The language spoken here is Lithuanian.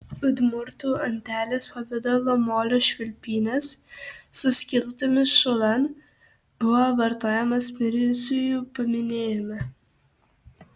udmurtų antelės pavidalo molio švilpynės su skylutėmis šulan buvo vartojamos mirusiųjų paminėjime